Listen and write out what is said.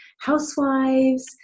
housewives